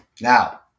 now